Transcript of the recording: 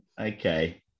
Okay